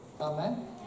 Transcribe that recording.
Amen